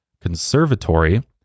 Conservatory